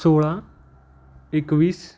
सोळा एकवीस